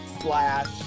slash